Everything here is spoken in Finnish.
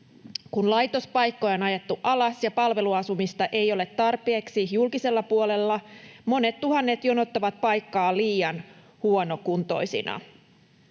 Kun laitospaikkoja on ajettu alas ja palveluasumista ei ole tarpeeksi julkisella puolella, monet tuhannet jonottavat paikkaa liian huonokuntoisina.